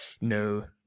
no